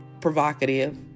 provocative